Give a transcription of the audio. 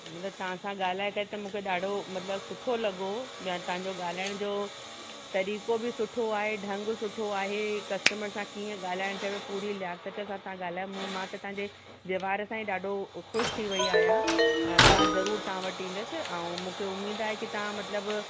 मतिलब तव्हां सां ॻाल्हाए करे त मूंखे ॾाढो मतिलब सुठो लॻो जण तव्हांजो ॻाल्हाइण जो तरीक़ो बि सुठो आहे ढंग सुठो आहे कस्टमर सां कीअं ॻाल्हाइणु खपे पूरी लियाकत सां तव्हां ॻाल्हायो मूं मां त तव्हांजे व्यवहार सां ई ॾाढो खुशि थी वयी आहियां मां ज़रूरु तव्हां वटि ईंदसि ऐं मूंखे उमीद आहे की तव्हां मतिलब